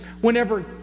whenever